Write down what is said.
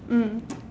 mm